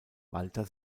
walter